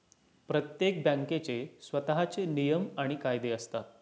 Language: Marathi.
प्रत्येक बँकेचे स्वतःचे नियम आणि कायदे असतात